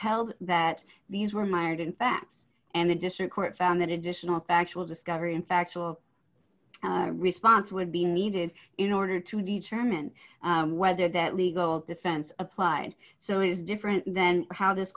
held that these were mired in facts and the district court found that additional factual discovery and factual response would be needed in order to determine whether that legal defense applied so is different then how this